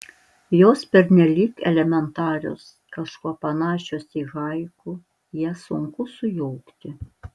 jos pernelyg elementarios kažkuo panašios į haiku jas sunku sujaukti